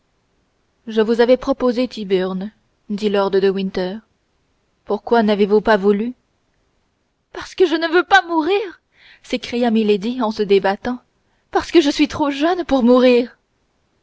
je vous avais proposé tyburn dit lord de winter pourquoi n'avez-vous pas voulu parce que je ne veux pas mourir s'écria milady en se débattant parce que je suis trop jeune pour mourir